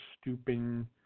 stooping